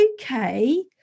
Okay